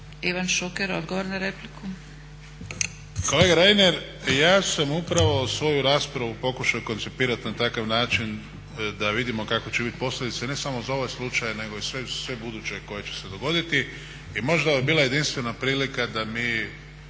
**Šuker, Ivan (HDZ)** Kolega Reiner, ja sam upravo svoju raspravu pokušao koncipirati na takav način da vidimo kakve će biti posljedice ne samo za ovaj slučaj, nego i sve buduće koje će se dogoditi. I možda bi ovo bila jedinstvena prilika da mi